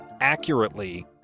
accurately